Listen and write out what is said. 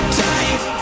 die